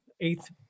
Eighth